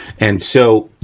and so,